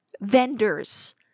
Vendors